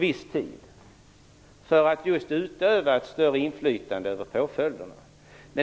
just för att utöva ett större inflytande över påföljderna.